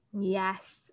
Yes